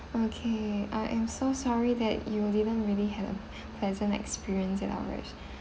okay I am so sorry that you didn't really have a pleasant experience at our